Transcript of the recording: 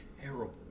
terrible